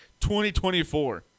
2024